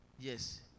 Yes